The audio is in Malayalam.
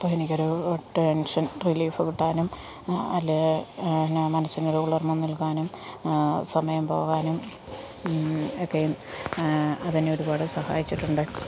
അപ്പോൾ എനിക്കൊരു ടെൻഷൻ റിലീഫ് കിട്ടാനും അല്ലെങ്കിൽ എന്നാ മനസ്സിനൊരു കുളിർമ നൽകാനും സമയം പോവാനും ഒക്കെയും അതെന്നെ ഒരുപാട് സഹായിച്ചിട്ടുണ്ട്